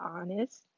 honest